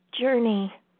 journey